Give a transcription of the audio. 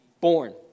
born